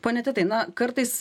pone titai na kartais